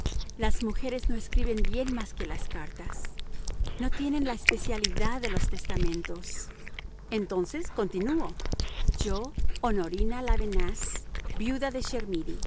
las mujeres no escriben bien más que las cartas no tienen la especialidad de los testamentos entonces continúo yo honorina lavenaze viuda de